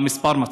המספר מצחיק.